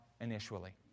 initially